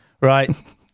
Right